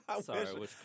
Sorry